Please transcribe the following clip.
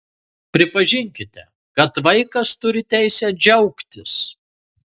pripažinkite kad vaikas turi teisę džiaugtis